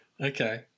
Okay